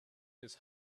his